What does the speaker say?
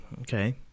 okay